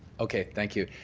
okay. thank you.